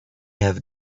have